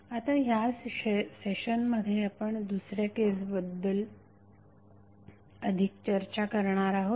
आता ह्या सेशनमध्ये आपण दुसऱ्या केसबद्दल अधिक चर्चा करणार आहोत